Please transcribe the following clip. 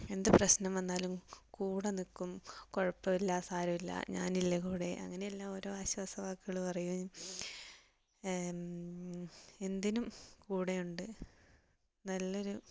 എന്ത് പ്രശ്നം വന്നാലും കൂടെ നിൽക്കും കുഴപ്പമില്ല സാരമില്ല ഞാനില്ലേ കൂടെ അങ്ങനെ എല്ലാം ഓരോ ആശ്വാസവാക്കുകൾ പറയും എന്തിനും കൂടെയുണ്ട് നല്ലൊരു